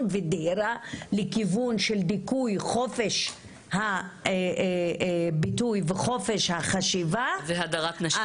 ודהירה לכיוון של דיכוי חופש הביטוי וחופש החשיבה --- והדרת נשים.